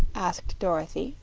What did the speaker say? asked dorothy,